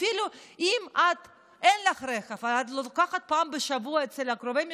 אפילו אם אין לך רכב ואת לוקחת פעם בשבוע מקרובי משפחה,